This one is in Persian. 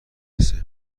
رسه